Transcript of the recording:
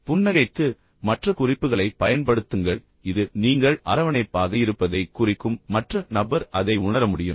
புன்னகைத்து மற்ற குறிப்புகளைப் பயன்படுத்துங்கள் இது நீங்கள் மிகவும் அரவணைப்பாக இருப்பதைக் குறிக்கும் மற்ற நபர் உண்மையில் அதை உணர முடியும்